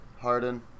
Harden